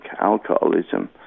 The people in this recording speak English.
alcoholism